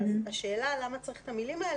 השאלה למה צריך את המילים האלה,